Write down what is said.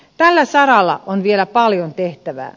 tällä saralla on vielä paljon tehtävää